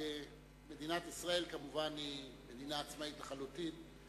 מדינת ישראל, כמובן, היא מדינה עצמאית לחלוטין.